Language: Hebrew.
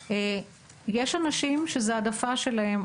יש אנשים שזו העדפה שלהם,